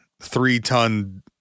three-ton